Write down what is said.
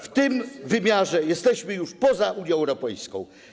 W tym wymiarze jesteśmy już poza Unią Europejską.